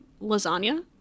lasagna